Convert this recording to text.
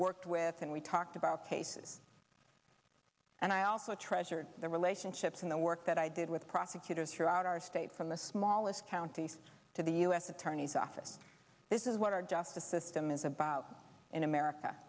worked with and we talked about cases and i also treasured the relationships in the work that i did with prosecutors throughout our state from the smallest counties to the u s attorney's office this is what our justice system is about in america